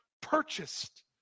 purchased